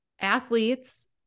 athletes